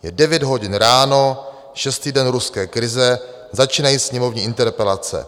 Je 9 hodin ráno, šestý den ruské krize, začínají sněmovní interpelace.